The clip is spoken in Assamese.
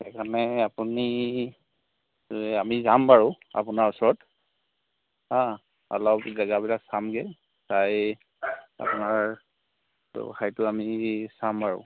সেইকাৰণে আপুনি আমি যাম বাৰু আপোনাৰ ওচৰত হা অলপ জেগাবিলাক চামগৈ চাই আপোনাৰ ব্যৱসায়টো আমি চাম বাৰু